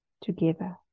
together